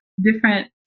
different